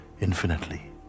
infinitely